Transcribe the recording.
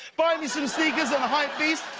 buy me some sneakers on hypebeast,